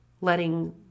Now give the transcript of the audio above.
letting